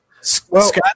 Scott